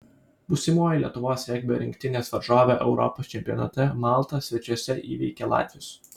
būsimoji lietuvos regbio rinktinės varžovė europos čempionate malta svečiuose įveikė latvius